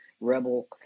rebel